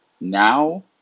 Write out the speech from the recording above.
now